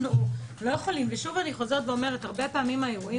פעמים האירועים